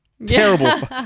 Terrible